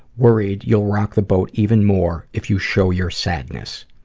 worried you'll rock the boat even more if you show your sadness.